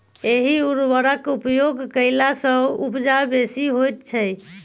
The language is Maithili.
एहि उर्वरकक उपयोग कयला सॅ उपजा बेसी होइत छै